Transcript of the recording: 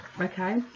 Okay